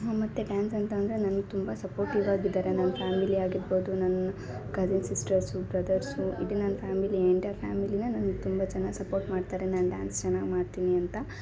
ಮತ್ತು ಡ್ಯಾನ್ಸ್ ಅಂತ ಅಂದರೆ ನನಗೆ ತುಂಬ ಸಪೋರ್ಟಿವ್ ಆಗಿದ್ದಾರೆ ನನ್ನ ಫ್ಯಾಮಿಲಿ ಆಗಿರ್ಬೌದು ನನ್ನ ಕಸಿನ್ ಸಿಸ್ಟರ್ಸು ಬ್ರದರ್ಸು ಇದು ನನ್ನ ಫ್ಯಾಮಿಲಿ ಎಂಟೈಯರ್ ಫ್ಯಾಮಿಲಿನೇ ನಾನು ತುಂಬಾ ಚೆನ್ನಾಗಿ ಸಪೋರ್ಟ್ ಮಾಡ್ತಾರೆ ನಾನು ಡ್ಯಾನ್ಸ್ ಚೆನ್ನಾಗಿ ಮಾಡ್ತೀನಿ ಅಂತ